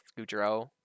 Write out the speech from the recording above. Goudreau